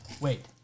Wait